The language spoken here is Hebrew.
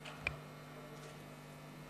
אוטומטי הן דבר שקודם כול פוגע בעצם מוסד